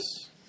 Yes